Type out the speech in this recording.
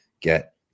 get